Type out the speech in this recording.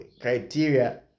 criteria